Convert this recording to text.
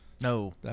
no